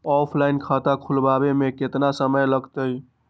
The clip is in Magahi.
ऑफलाइन खाता खुलबाबे में केतना समय लगतई?